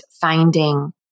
finding